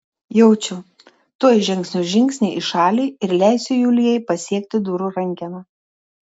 jaučiu tuoj žengsiu žingsnį į šalį ir leisiu julijai pasiekti durų rankeną